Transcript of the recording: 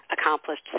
accomplished